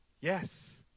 Yes